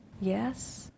Yes